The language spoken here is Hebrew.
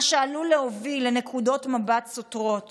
מה שעלול להוביל לנקודות מבט סותרות